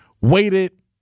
waited